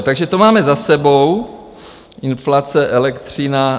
Takže to máme za sebou: inflace, elektřina.